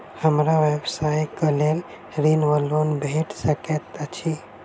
हमरा व्यवसाय कऽ लेल ऋण वा लोन भेट सकैत अछि?